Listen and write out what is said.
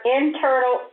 internal